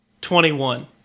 Twenty-one